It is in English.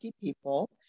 people